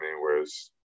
whereas